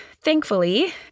thankfully